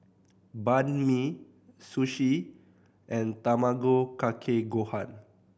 Banh Mi Sushi and Tamago Kake Gohan